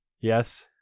Yes